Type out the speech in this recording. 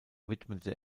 widmete